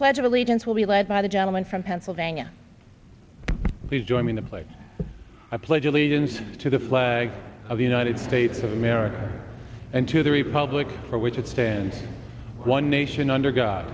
pledge of allegiance will be led by the gentleman from pennsylvania please join me in a place i pledge allegiance to the flag of the united states of america and to the republic for which it stands one nation under god